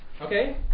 Okay